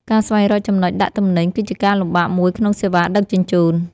ការស្វែងរកចំណុចដាក់ទំនិញ គឺជាការលំបាកមួយក្នុងសេវាដឹកជញ្ជូន។